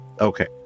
Okay